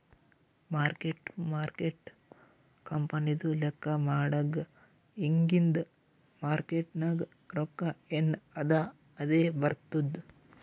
mark to market ಕಂಪನಿದು ಲೆಕ್ಕಾ ಮಾಡಾಗ್ ಇಗಿಂದ್ ಮಾರ್ಕೇಟ್ ನಾಗ್ ರೊಕ್ಕಾ ಎನ್ ಅದಾ ಅದೇ ಬರ್ತುದ್